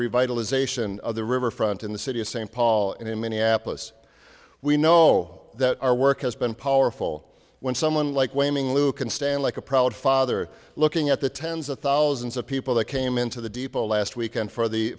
revitalization of the riverfront in the city of st paul in minneapolis we know that our work has been powerful when someone like waving lou can stand like a proud father looking at the tens of thousands of people that came into the depot last weekend for the